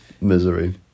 Misery